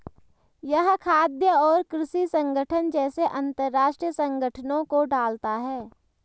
यह खाद्य और कृषि संगठन जैसे अंतरराष्ट्रीय संगठनों को डालता है